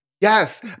Yes